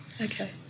Okay